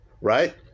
right